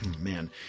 Man